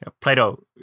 Plato